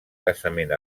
casament